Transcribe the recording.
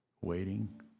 waiting